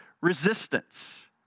resistance